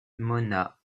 mona